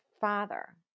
father